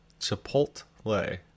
Chipotle